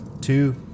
two